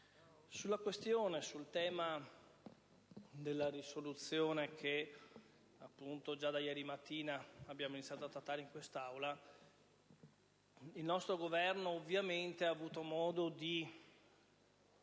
Signora Presidente, sul tema della risoluzione che già da ieri mattina abbiamo iniziato a trattare in quest'Aula il nostro Governo, ovviamente, ha avuto modo di